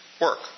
work